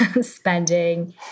spending